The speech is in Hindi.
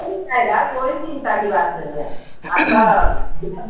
मिल जाएगा कोई चिंता की बात नहीं है आपका